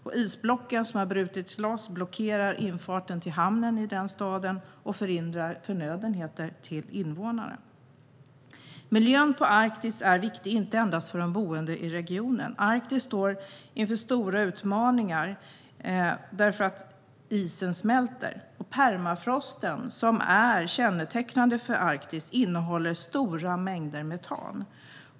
De isblock som har brutits loss blockerar infarten till stadens hamn och hindrar transporten av förnödenheter till invånarna. Miljön på Arktis är viktig inte enbart för de boende i regionen. Arktis står inför stora utmaningar därför att isen smälter. Permafrosten, som är kännetecknande för Arktis, innehåller stora mängder metan.